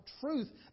truth